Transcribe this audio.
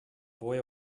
boy